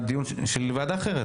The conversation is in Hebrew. של ועדה אחרת.